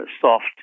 soft